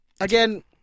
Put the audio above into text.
Again